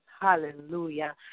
Hallelujah